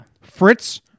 Fritz